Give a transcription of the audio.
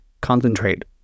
concentrate